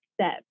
step